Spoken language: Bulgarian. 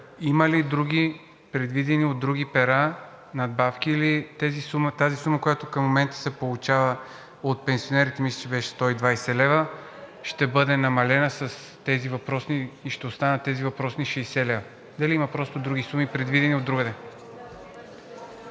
има ли други предвидени надбавки от други пера, или тази сума, която към момента се получава от пенсионерите – мисля, че беше 120 лв., ще бъде намалена с тези въпросни и ще останат тези въпросни 60 лв.? Дали има други суми, предвидени от другаде?